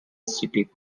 city